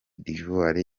d’ivoire